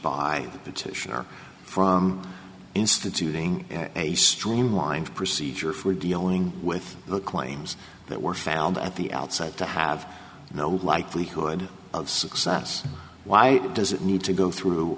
petitioner from instituting a streamlined procedure for dealing with the claims that were found at the outside to have no likelihood of success why does it need to go through